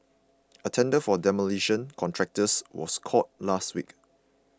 a tender for demolition contractors was called last week